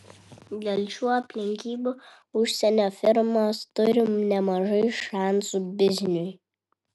dėl šių aplinkybių užsienio firmos turi nemažai šansų bizniui